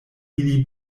ili